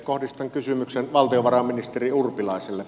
kohdistan kysymyksen valtiovarainministeri urpilaiselle